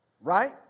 right